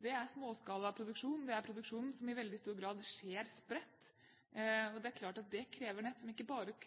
Det er småskalaproduksjon og produksjon som i veldig stor grad skjer spredt. Det er klart at det krever nett som ikke bare